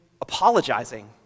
apologizing